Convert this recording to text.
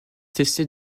cessé